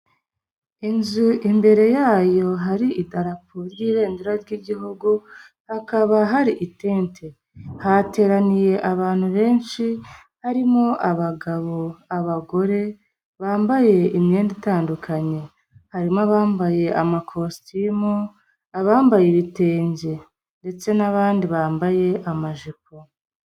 Inzu imbere yayo hari idarapo ry'ibendera ry'igihugu, hakaba hari itente. Hateraniye abantu benshi, harimo abagabo, abagore bambaye imyenda itandukanye, harimo abambaye amakositimu, abambaye ibitenge ndetse n'abandi bambaye amajipo.